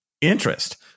interest